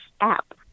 app